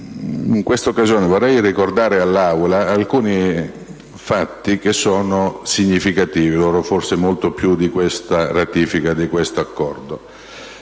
In questa occasione, vorrei ricordare all'Assemblea alcuni fatti che sono significativi, forse molto più della ratifica di questo Accordo.